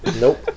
nope